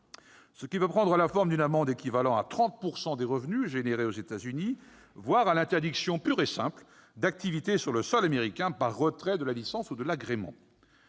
Cela peut prendre la forme d'une amende équivalant à 30 % des revenus produits aux États-Unis, voire à l'interdiction pure et simple d'activité sur le sol américain par retrait de licence ou d'agrément.